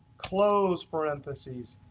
close parentheses,